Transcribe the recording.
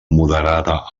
moderada